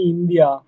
India